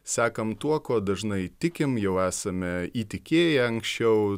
sekam tuo kuo dažnai tikim jau esame įtikėję anksčiau